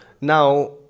now